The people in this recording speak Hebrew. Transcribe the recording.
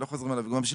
לא חוזרים על הדברים.